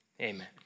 Amen